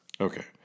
Okay